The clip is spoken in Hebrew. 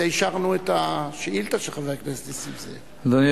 לכן אישרנו את השאילתא של חבר הכנסת נסים זאב.